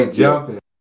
jumping